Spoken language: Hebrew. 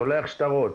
שולח שטרות,